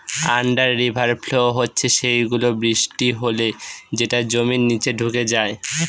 under river flow হচ্ছে সেই গুলো, বৃষ্টি হলে যেটা জমির নিচে ঢুকে যায়